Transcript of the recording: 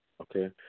Okay